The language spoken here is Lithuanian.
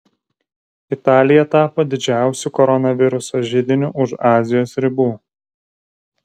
italija tapo didžiausiu koronaviruso židiniu už azijos ribų